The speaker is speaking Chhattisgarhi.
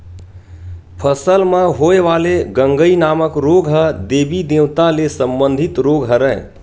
फसल म होय वाले गंगई नामक रोग ह देबी देवता ले संबंधित रोग हरय